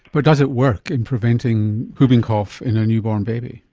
but does it work in preventing whooping cough in a newborn baby?